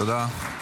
תודה.